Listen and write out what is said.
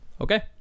Okay